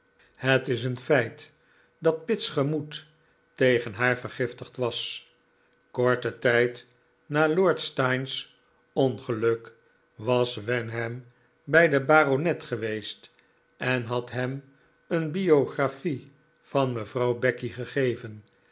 het is een feit dat pitt's gemoed tegen haar vergiftigd was korten tijd na lord steyne's ongeluk was wenham bij den baronet geweest en had hem een biographie van mevrouw becky gegeven